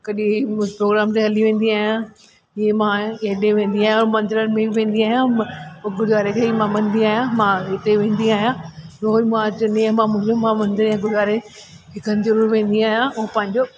कॾहिं प्रोग्राम ते हली वेंदी आहियां जीअं मां हेॾे वेंदी आहियां और मंदरनि में बि मां वेंदी आहियां और गुरुद्वारे खे बि मञंदी आहियां मां हिते वेंदी आहियां रोजु मां मुंहिंजो नेमु आहे मुंहिंजो मां मंदर या गुरुद्वारे हिकु हंधि ज़रूर वेंदी आहियां ऐं पंहिंजो